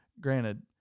granted